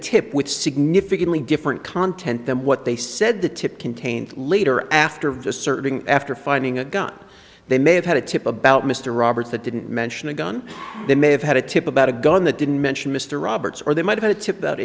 tip which significantly different content than what they said the tip contained later after of the searching after finding a gun they may have had a tip about mr roberts that didn't mention a gun they may have had a tip about a gun that didn't mention mr roberts or they might have a tip that